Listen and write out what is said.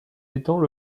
étant